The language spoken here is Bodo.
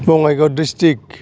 बङाइगाव डिसट्रिक्त